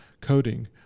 coding